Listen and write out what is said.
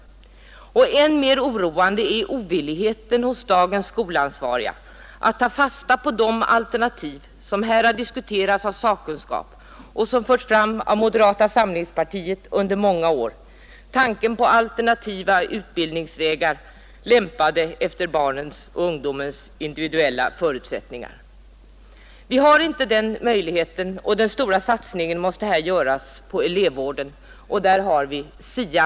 Och än mer oroande är ovilligheten hos dagens skolansvariga att ta fasta på de alternativ, som diskuteras av sakkunskapen och som förts fram av moderata samlingspartiet under många år — tanken på alternativa utbildningsvägar lämpade efter barnens och ungdomarnas individuella förutsättningar. Nu finns inte den möjligheten, och den stora satsningen måste begränsas till elevvården. Därför har vi SIA.